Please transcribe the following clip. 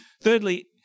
Thirdly